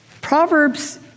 Proverbs